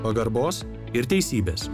pagarbos ir teisybės